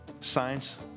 science